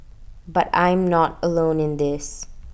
but I'm not alone in this